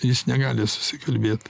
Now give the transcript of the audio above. jis negali susikalbėt